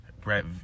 Brett